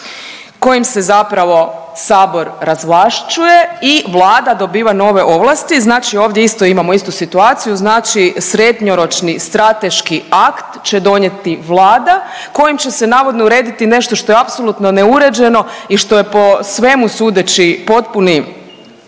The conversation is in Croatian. kojim se zapravo Sabor razvlašćuje i Vlada dobiva nove ovlasti, znači ovdje isto imamo istu situaciju, znači srednjoročni strateški akt će donijeti Vlada kojim će se navodno urediti nešto što je apsolutno neuređeno i što je po svemu sudeći potpuni